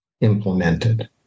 implemented